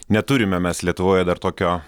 neturime mes lietuvoje dar tokio